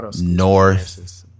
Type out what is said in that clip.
North